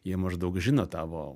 jie maždaug žino tavo